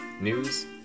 news